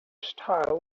style